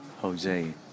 Jose